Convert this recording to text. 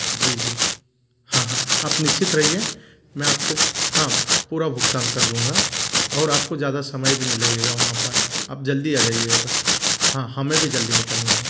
जी जी हाँ हाँ आप निश्चित रहिए मैं आपको हाँ पूरा भुगतान कर दूँगा और आपको ज़्यादा समय भी नहीं लगेगा वहाँ पर आप जल्दी आ जाइएगा बस हाँ हमें भी जल्दी निकलना है